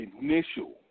initial